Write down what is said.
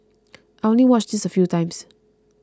I only watched this a few times